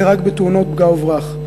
זה רק בתאונות פגע-וברח.